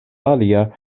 alia